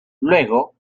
luego